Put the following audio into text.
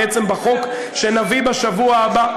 בחוק שנביא בשבוע הבא.